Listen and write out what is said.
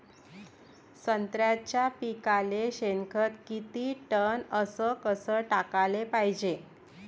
संत्र्याच्या पिकाले शेनखत किती टन अस कस टाकाले पायजे?